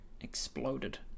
Exploded